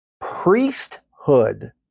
priesthood